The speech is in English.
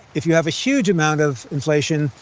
if you have a huge amount of inflation,